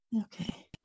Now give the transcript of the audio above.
okay